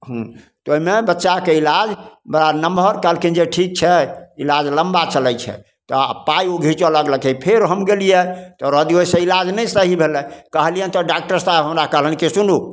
हूँ तऽ ओहिमे बच्चाके इलाज बड़ा नमहर कहलखिन जे ठीक छै इलाज लम्बा चलै छै तऽ पाइ ओ घिचऽ लागलकै फेर हम गेलिए तऽ ओकरा दिससे नहि इलाज सही भेलै कहलिअनि तऽ डॉकटर साहेब हमरा कहलनि कि सुनू